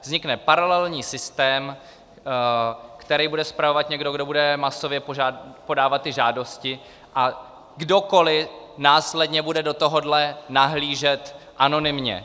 Vznikne paralelní systém, který bude spravovat někdo, kdo bude masově podávat žádosti, a kdokoli následně bude do tohoto nahlížet anonymně.